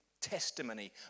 testimony